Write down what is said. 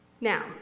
Now